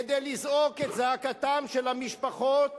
כדי לזעוק את זעקתן של המשפחות